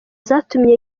zatumye